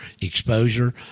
exposure